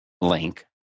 link